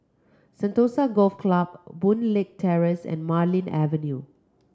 Sentosa Golf Club Boon Leat Terrace and Marlene Avenue